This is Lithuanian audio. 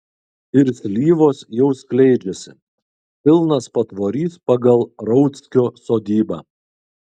ir slyvos jau skleidžiasi pilnas patvorys pagal rauckio sodybą